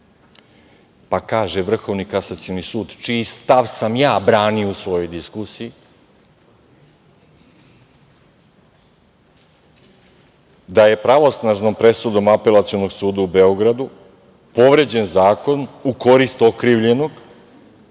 pa kaže Vrhovni kasacioni sud, čiji stav sam ja branio u svojoj diskusiji, da je pravosnažnom presudom Apelacionog suda u Beogradu povređen zakon u korist okrivljenog